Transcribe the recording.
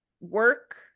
work